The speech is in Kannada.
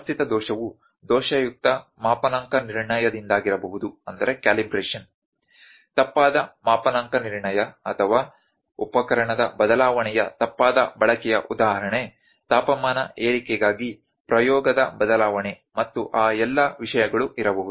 ವ್ಯವಸ್ಥಿತ ದೋಷವು ದೋಷಯುಕ್ತ ಮಾಪನಾಂಕ ನಿರ್ಣಯದಿಂದಾಗಿರಬಹುದು ತಪ್ಪಾದ ಮಾಪನಾಂಕ ನಿರ್ಣಯ ಅಥವಾ ಉಪಕರಣದ ಬದಲಾವಣೆಯ ತಪ್ಪಾದ ಬಳಕೆಯ ಉದಾಹರಣೆ ತಾಪಮಾನ ಏರಿಕೆಗಾಗಿ ಪ್ರಯೋಗದ ಬದಲಾವಣೆ ಮತ್ತು ಆ ಎಲ್ಲ ವಿಷಯಗಳು ಇರಬಹುದು